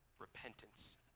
repentance